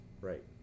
Right